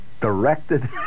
directed